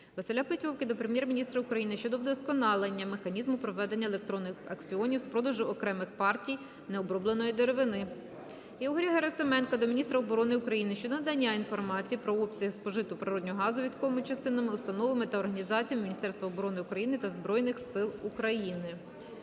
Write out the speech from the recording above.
Василя Петьовки до Прем'єр-міністра України щодо вдосконалення механізму проведення електронних аукціонів з продажу окремих партій необробленої деревини. Ігоря Герасименка до міністра оборони України щодо надання інформації про обсяги спожитого природного газу військовими частинами, установами та організаціями Міністерства оборони України та Збройний Сил України.